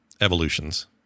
evolutions